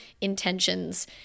intentions